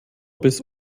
bis